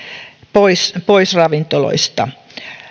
pois pois ravintoloista